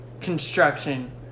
construction